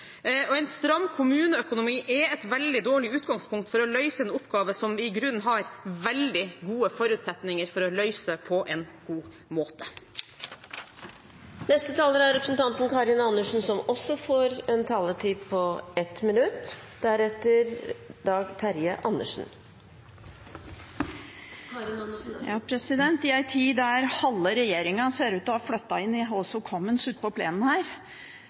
opposisjonen. En stram kommuneøkonomi er et veldig dårlig utgangspunkt for å løse en oppgave som vi i grunnen har veldig gode forutsetninger for å løse på en god måte. Representanten Karin Andersen har hatt ordet to ganger tidligere og får ordet til en kort merknad, begrenset til 1 minutt. I en tid der halve regjeringen ser ut til å ha flyttet inn i «House of Commons» ute på plenen her,